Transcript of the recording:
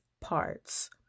parts